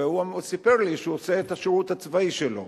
והוא סיפר לי שהוא עושה את השירות הצבאי שלו.